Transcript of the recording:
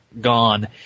gone